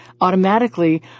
automatically